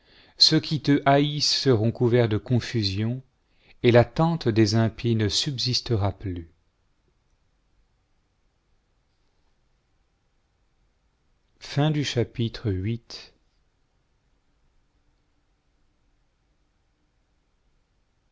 ceux qui te haïssent seront couverts de confusion et la tente des impies ne subsistera plus chapitre